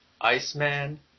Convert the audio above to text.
Iceman